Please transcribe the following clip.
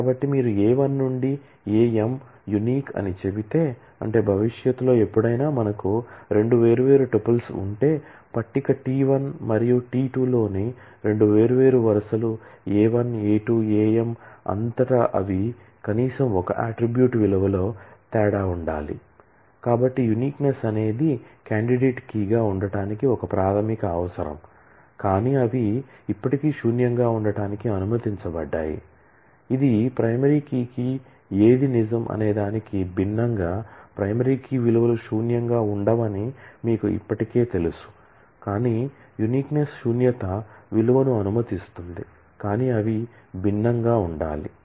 కాబట్టి మీరు A1 నుండి A m యూనిక్ శూన్యత విలువ ను అనుమతిస్తుంది కానీ అవి భిన్నంగా ఉండాలి